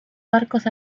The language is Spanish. barcos